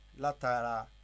latara